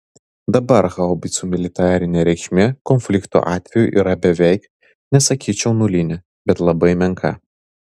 dabar haubicų militarinė reikšmė konflikto atveju yra beveik nesakyčiau nulinė bet labai menka